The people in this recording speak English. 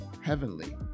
heavenly